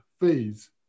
fees